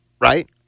right